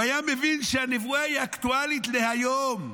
הוא היה מבין שהנבואה היא אקטואלית להיום,